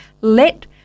let